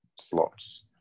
slots